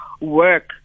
work